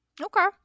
okay